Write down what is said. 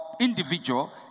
individual